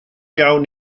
iawn